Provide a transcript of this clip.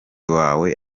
wawe